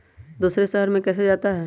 दूसरे शहर मे कैसे जाता?